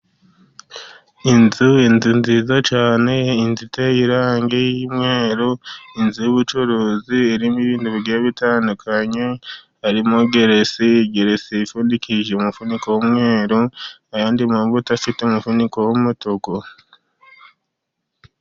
Inzu, inzu nziza cyane, inzu iteye irangi ry'umweru, inzu y'ubucuruzi irimo, ibintu bigiye bitandukanye harimo gereserine, gereserine ipfundikije umufunika w'umweru nayandi mavuta, afite umufuniko w'umutuku